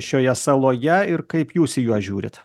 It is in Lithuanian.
šioje saloje ir kaip jūs į juos žiūrit